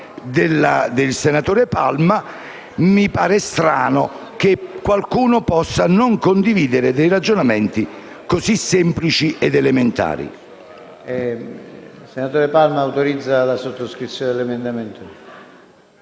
del senatore Palma, mi pare strano che qualcuno possa non condividere dei ragionamenti così semplici ed elementari. PRESIDENTE. Senatore Palma, autorizza il collega alla sottoscrizione dell'emendamento?